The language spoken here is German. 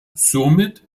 somit